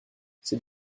ces